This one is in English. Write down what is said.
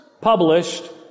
published